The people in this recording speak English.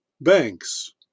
banks